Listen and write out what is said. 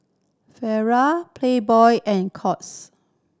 Playboy and Courts